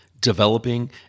developing